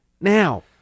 now